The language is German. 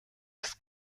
ist